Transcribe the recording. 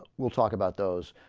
will talk about those